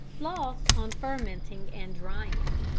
loss on fermenting and drying.